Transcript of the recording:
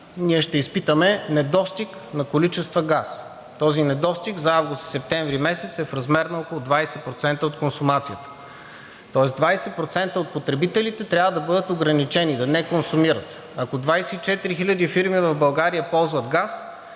ние ще изпитаме недостиг на количества газ. Този недостиг за месец август и месец септември е в размер на около 20% от консумацията ни. Тоест 20% от потребителите трябва да бъдат ограничени да не консумират. Ако 24 хиляди фирми в България ползват газ,